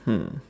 hmm